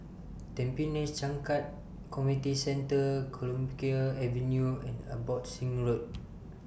Tampines Changkat Community Centre Clemenceau Avenue and Abbotsingh Road